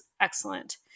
excellent